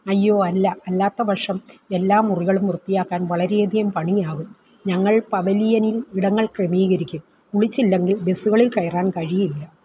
അയ്യോ അല്ല അല്ലാത്തപക്ഷം എല്ലാ മുറികളും വൃത്തിയാക്കാൻ വളരെയധികം പണിയാകും ഞങ്ങൾ പവലിയനിൽ ഇടങ്ങൾ ക്രമീകരിക്കും കുളിച്ചില്ലെങ്കിൽ ബസുകളിൽ കയറാൻ കഴിയില്ല